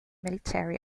military